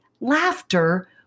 Laughter